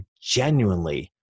genuinely